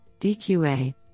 DQA